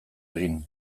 egin